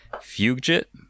fugit